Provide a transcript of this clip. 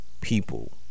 people